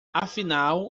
afinal